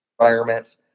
environments